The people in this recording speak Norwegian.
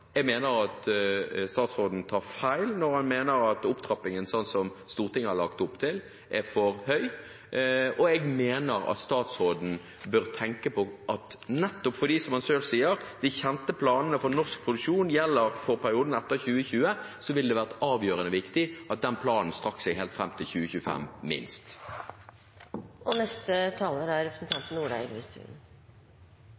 Jeg mener at statsråden tar feil når han mener at opptrappingen slik Stortinget har lagt opp til, er for høy, og jeg mener at statsråden bør tenke på at nettopp fordi, som han selv sier, de kjente planene for norsk produksjon gjelder for perioden etter 2020, vil det være avgjørende viktig at den planen strekker seg helt fram til 2025